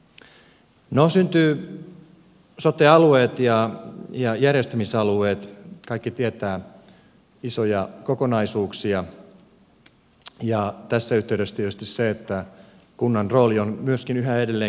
no syntyy sote alueet ja järjestämisalueet kaikki tietävät isoja kokonaisuuksia ja tässä yhteydessä tietysti kunnan rooli on myöskin yhä edelleen keskeinen